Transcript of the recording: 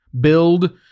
Build